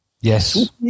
Yes